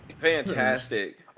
Fantastic